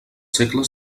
segles